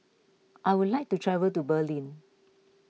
I would like to travel to Berlin